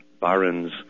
barons